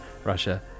Russia